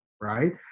Right